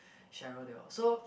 Cheryl they all so